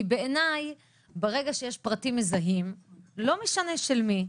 כי בעיניי ברגע שיש פרטים מזהים, לא משנה של מי,